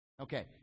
Okay